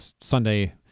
Sunday